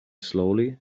slowly